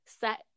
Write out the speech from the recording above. set